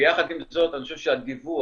יחד עם זאת אני חושב שהדיווח